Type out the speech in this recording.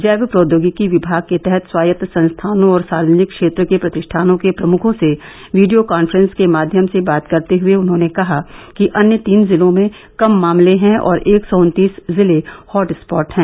जैव प्रौदयोगिकी विमाग के तहत स्वायत्त संस्थानों और सार्वजनिक क्षेत्र के प्रतिष्ठानों के प्रमुखों से वीडियों काफ्रेंस के माध्यम से बात करते हए उन्होंने कहा कि अन्य तीन जिलों में कम मामले हैं और एक सौ उन्तीस जिले हॉटस्पॉट हैं